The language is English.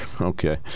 Okay